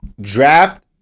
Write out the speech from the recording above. draft